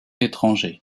étranger